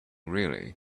really